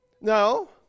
No